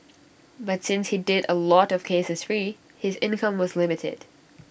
but since he did A lot of cases free his income was limited